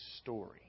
story